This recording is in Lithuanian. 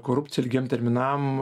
korupcijai ilgiem terminam